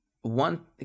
one